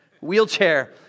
Wheelchair